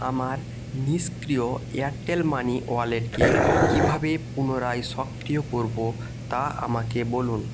আমার নিষ্ক্রিয় Airtel money ওয়ালেটকে কীভাবে পুনরায় সক্রিয় করবো তা আমাকে বলুন